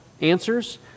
answers